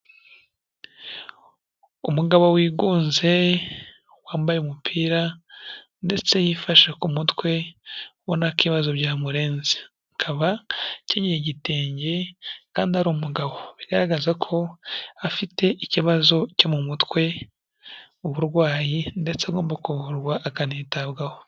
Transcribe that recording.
Umugabo wigunze wambaye umupira ndetse yifashe ku mutwe, ubona ko ibibazo byamurenze, akaba akenyeye igitenge kandi ari umugabo, bigaragaza ko afite ikibazo cyo mu mutwe, uburwayi ndetse agomba kuvurwa akanitabwaho.